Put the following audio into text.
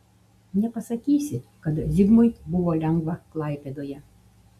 nepasakysi kad zigmui buvo lengva klaipėdoje